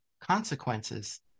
consequences